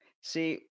see